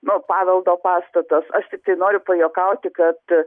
nu paveldo pastatas aš tiktai noriu pajuokauti kad